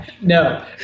No